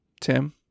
Tim